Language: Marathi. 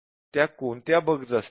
त्या कोणत्या बग्स असतील